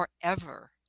forever